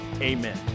Amen